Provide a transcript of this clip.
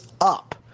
up